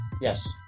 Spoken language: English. Yes